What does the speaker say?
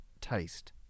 taste